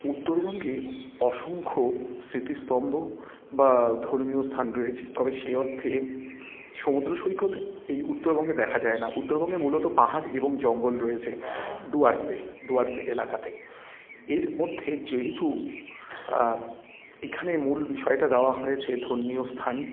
উত্তরবঙ্গে অসংখ্য স্মৃতিস্তম্ভ বা ধর্মীয় স্থান রয়েছে তবে সে অর্থে সমুদ্র সৈকত এই উত্তরবঙ্গে দেখা যায় না উত্তরবঙ্গে মূলত পাহাড় এবং জঙ্গল রয়েছে ডুয়ার্সে ডুয়ার্স এলাকাতে এর মধ্যে যেহেতু এখানে মূল বিষয়টা দেওয়া হয়েছে ধর্মীয় স্থান